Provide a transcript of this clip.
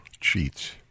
cheats